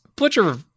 Butcher